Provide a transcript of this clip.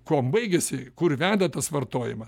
kuom baigiasi kur veda tas vartojima